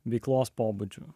veiklos pobūdžiu